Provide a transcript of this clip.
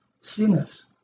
sinners